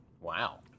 wow